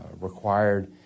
required